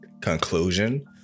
conclusion